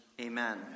Amen